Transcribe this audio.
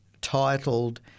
titled